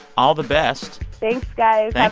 all the best thanks, guys.